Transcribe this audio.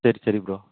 சரி சரி ப்ரோ